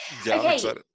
okay